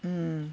mm